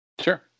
Sure